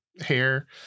hair